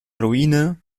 ruine